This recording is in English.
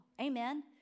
Amen